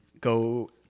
go